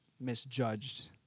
misjudged